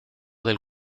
del